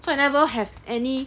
so I never have any